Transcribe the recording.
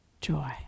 joy